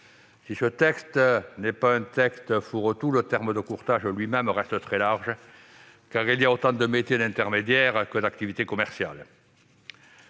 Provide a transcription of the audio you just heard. Si ce texte n'est pas un texte « fourre-tout », le terme de courtage lui-même reste très large, car il y a autant de métiers et d'intermédiaires que d'activités commerciales.